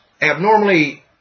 abnormally